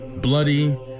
bloody